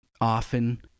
often